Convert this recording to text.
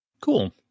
Cool